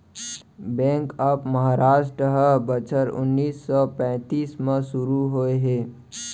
bank of Maharashtra ह बछर उन्नीस सौ पैतीस म सुरू होए हे